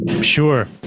sure